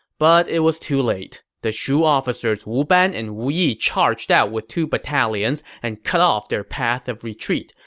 but it was too late. the shu officers wu ban and wu yi charged out with two battalions and cut off their path of retreat.